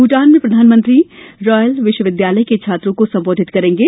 भूटान में प्रधानमंत्री रायल विश्वविद्यालय के छात्रों को सम्बोधित करेंगे